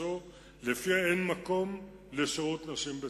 שלפיה אין מקום לשירות נשים בצה"ל,